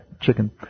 chicken